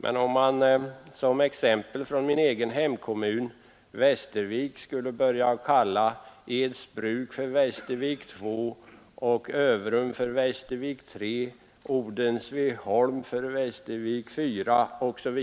Men om man t.ex. i min egen hemkommun Västervik skulle börja kalla Edsbruk för Västervik 2, Överum för Västervik 3, Odensviholm för Västervik 4 osv.,